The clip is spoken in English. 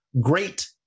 great